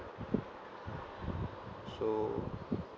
so